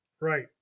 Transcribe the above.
Right